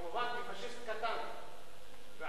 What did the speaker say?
כמובן, כפאשיסט קטן ועלוב.